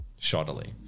shoddily